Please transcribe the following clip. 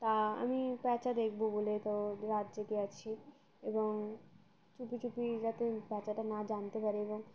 তা আমি প্যাঁচা দেখব বলে তো রাত জেগে আছি এবং চুপিচুপি যাতে প্যাঁচাটা না জানতে পারে এবং